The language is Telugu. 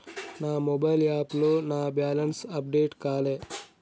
నా మొబైల్ యాప్లో నా బ్యాలెన్స్ అప్డేట్ కాలే